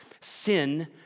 Sin